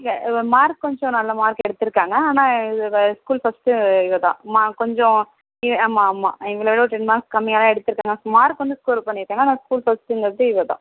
இல்லை மார்க் கொஞ்சம் நல்ல மார்க் எடுத்திருக்காங்க ஆனால் இதில் ஸ்கூல் ஃபர்ஸ்ட்டு இவள் தான் கொஞ்சம் ஆமாம் ஆமாம் இவளை விட ஒரு டென் மார்க்ஸ் கம்மியாக தான் எடுத்திருக்காங்க மார்க்கு வந்து ஸ்கோர் பண்ணியிருக்காங்க ஆனால் ஸ்கூல் ஃபர்ஸ்ட்டுங்கிறது இவள் தான்